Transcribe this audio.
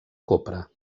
copra